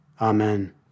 Amen